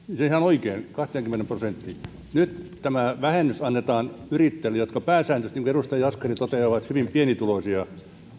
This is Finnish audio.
ihan oikein kahteenkymmeneen prosenttiin nyt tämä vähennys annetaan yrittäjille jotka pääsääntöisesti niin kuin edustaja jaskari toteaa ovat hyvin pienituloisia